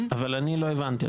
אבל לא הבנתי.